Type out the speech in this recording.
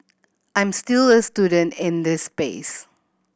I'm still a student in this space